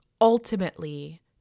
ultimately